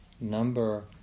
number